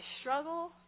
struggle